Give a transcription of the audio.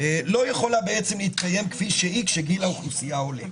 לא יכולה בעצם להתקיים כפי שהיא כאשר גיל האוכלוסייה עולה.